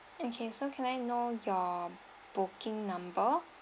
okay so can I know your booking number